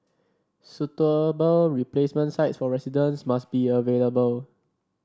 suitable replacement sites for residents must be available